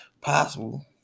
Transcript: Possible